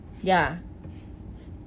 ya